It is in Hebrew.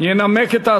סיעת